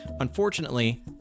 Unfortunately